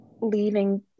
leaving